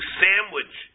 sandwich